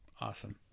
awesome